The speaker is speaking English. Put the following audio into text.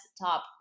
top